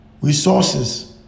resources